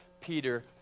Peter